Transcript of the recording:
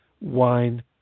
Wine